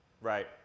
Right